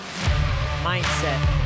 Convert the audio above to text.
Mindset